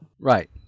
Right